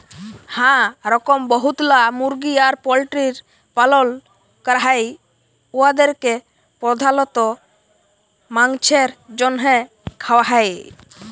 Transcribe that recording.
হাঁ রকম বহুতলা মুরগি আর পল্টিরির পালল ক্যরা হ্যয় উয়াদেরকে পর্ধালত মাংছের জ্যনহে খাউয়া হ্যয়